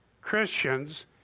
Christians